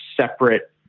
separate